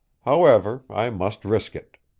however, i must risk it.